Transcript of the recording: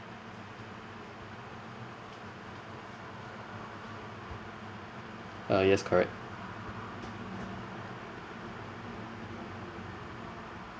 uh yes correct